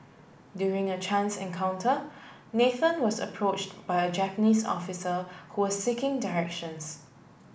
during a chance encounter Nathan was approach by a Japanese officer who was seeking directions